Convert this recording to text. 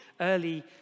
early